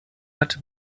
hat